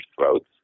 throats